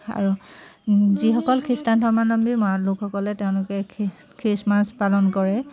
আৰু যিসকল খ্ৰীষ্টান ধৰ্মাৱলম্বী মানুহ লোকসকলে তেওঁলোকে খি খ্ৰীষ্টমাছ পালন কৰে